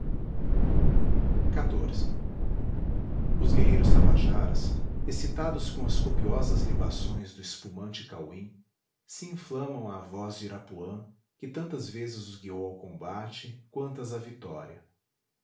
terra os guerreiros tabajaras excitados com as copiosas libações do espumante cauim se inflamam à voz de irapuã que tantas vezes os guiou ao combate quantas à vitória